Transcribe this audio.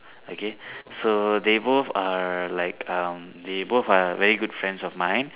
okay so they both are like um they both are very good friends of mine